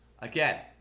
Again